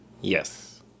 Yes